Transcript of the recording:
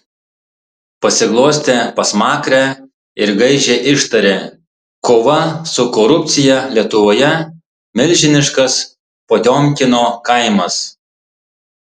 pasiglostė pasmakrę ir gaižiai ištarė kova su korupcija lietuvoje milžiniškas potiomkino kaimas